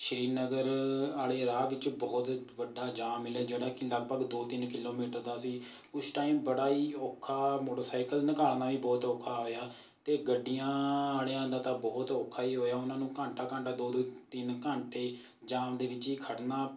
ਸ੍ਰੀ ਨਗਰ ਵਾਲੇ ਰਾਹ ਵਿੱਚ ਬਹੁਤ ਵੱਡਾ ਜਾਮ ਮਿਲਿਆ ਜਿਹੜੀ ਕਿ ਲਗਭਗ ਦੋ ਤਿੰਨ ਕਿਲੋਮੀਟਰ ਦਾ ਸੀ ਉਸ ਟਾਇਮ ਬੜਾ ਹੀ ਔਖਾ ਮੋਟਰਸਾਇਕਲ ਨਿਕਾਲਣਾ ਵੀ ਬਹੁਤ ਔਖਾ ਹੋਇਆ ਅਤੇ ਗੱਡੀਆਂ ਵਾਲਿਆਂ ਦਾ ਤਾਂ ਬਹੁਤ ਔਖਾ ਹੀ ਹੋਇਆ ਉਹਨਾਂ ਨੂੰ ਘੰਟਾ ਘੰਟਾ ਦੋ ਦੋ ਤਿੰਨ ਘੰਟੇ ਜਾਮ ਦੇ ਵਿੱਚ ਹੀ ਖੜ੍ਹਨਾ